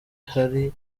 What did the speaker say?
hari